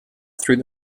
through